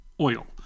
oil